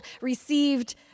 received